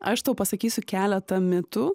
aš tau pasakysiu keletą mitų